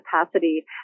capacity